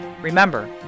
Remember